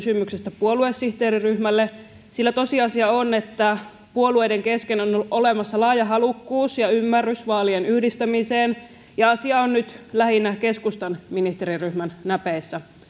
kysymyksestä puoluesihteeriryhmälle sillä tosiasia on että puolueiden kesken on on olemassa laaja halukkuus ja ymmärrys vaalien yhdistämiseen ja asia on nyt lähinnä keskustan ministeriryhmän näpeissä